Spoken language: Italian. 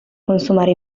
consumare